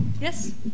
Yes